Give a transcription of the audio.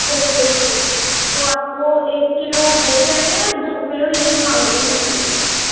okay okay تو آپ کو ایک کلو وہ چاہیے اور دو کلو یہ منگور مچھلی چاہیے